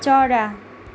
चरा